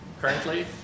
currently